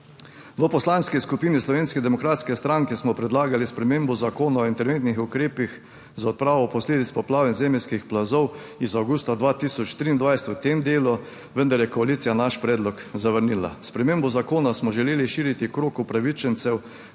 V Poslanski skupini Slovenske demokratske stranke smo predlagali spremembo Zakona o interventnih ukrepih za odpravo posledic poplav in zemeljskih plazov iz avgusta 2023 v tem delu, vendar je koalicija naš predlog zavrnila. S spremembo zakona smo želeli širiti krog upravičencev